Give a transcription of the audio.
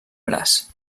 braç